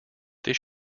this